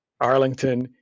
Arlington